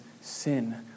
sin